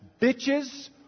bitches